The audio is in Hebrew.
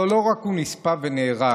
אבל לא רק הוא נספה ונהרג,